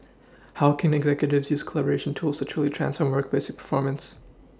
how can executives use collaboration tools to truly transform workplace performance